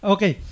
Okay